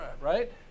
right